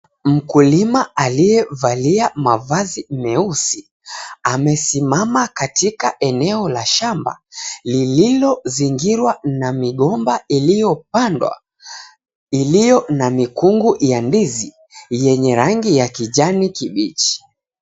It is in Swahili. Mkulima aliyevalia mavazi meusi amesimama katika eneo la shamba lililozingirwa na migomba iliopandwa ilio na mikungu ya ndizi yenye rangi ya kijani kibichi.